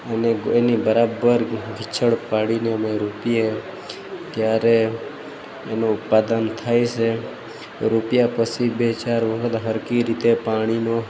અને એની બરાબર વિછળ પાડીને અમે રોપીએ ત્યારે એનું ઉત્પાદન થાય છે રોપ્યા પછી બે ચાર વખત હરખી રીતે પાણીનો